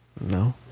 No